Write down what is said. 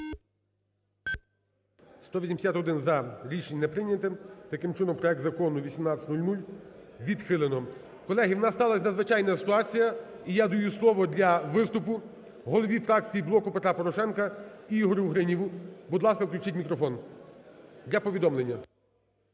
181 – за. Рішення не прийняте. Таким чином, проект закону 1800 відхилено. Колеги, в нас сталась надзвичайна ситуація і я даю слово для виступу голові фракції "Блоку Петра Порошенка" Ігорю Гриніву. Будь ласка, включіть мікрофон для повідомлення.